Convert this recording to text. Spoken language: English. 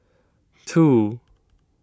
two